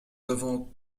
avons